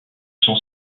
sont